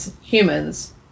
humans